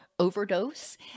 overdose